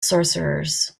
sorcerers